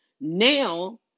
now